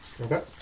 Okay